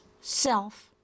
self